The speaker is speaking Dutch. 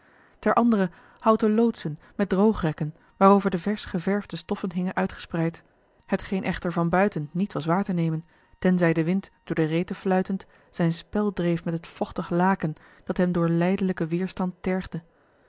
ter andere houten loodsen met droogrekken waarover de versch geverfde stoffen hingen uitgespreid hetgeen echter van buiten niet was waar te nemen tenzij de wind a l g bosboom-toussaint de delftsche wonderdokter eel door de reten fluitend zijn spel dreef met het vochtig laken dat hem door lijdelijken weêrstand